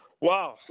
Wow